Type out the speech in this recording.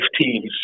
teams